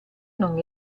non